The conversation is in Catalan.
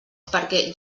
perquè